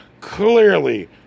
Clearly